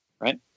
Right